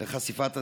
לחשיפת הדיונים.